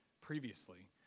previously